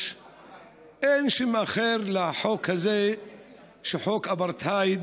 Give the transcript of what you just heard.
גם הסעיף של השפה הערבית,